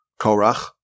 Korach